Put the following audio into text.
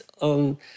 on